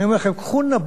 אני אומר לכם: קחו נבוט,